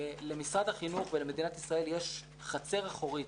למשרד החינוך ולמדינת ישראל יש חצר אחורית